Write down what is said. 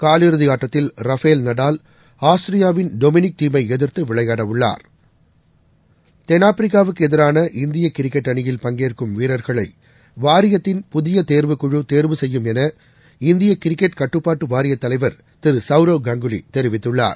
காலிறுதிஆட்டத்தில் Rafael Nadal ஆஸ்திரியாவின் Dominic தீமைஎதிர்த்துவிளையாடஉள்ளார் தென்னாப்பிரிக்காவுக்குஎதிரான இந்தியகிரிக்கெட் அணியில் பங்கேற்கும் வீரர்களைவாரியத்தின் புதியதேர்வுக்குழுதேர்வு செய்யும் என இந்தியகிரிக்கெட் கட்டுபாட்டுவாரியத் தலைவர் திருசவ்ரவ் கங்குலிதெரிவித்துள்ளார்